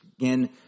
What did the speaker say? again